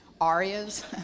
arias